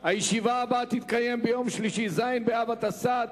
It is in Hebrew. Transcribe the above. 15, אין נגד ואין נמנעים.